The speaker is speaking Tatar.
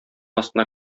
астына